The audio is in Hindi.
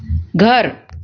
घर